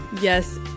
Yes